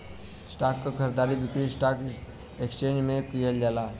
stock क खरीद बिक्री स्टॉक एक्सचेंज में किहल जाला